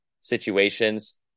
situations